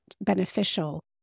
beneficial